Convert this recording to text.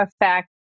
affect